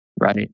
right